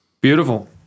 Beautiful